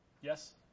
Yes